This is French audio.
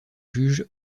juge